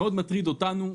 מאוד מטריד אותנו,